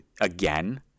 again